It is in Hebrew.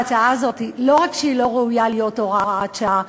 לא רק שהיא לא ראויה להיות הוראת שעה,